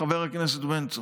חבר הכנסת בן צור.